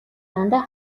дандаа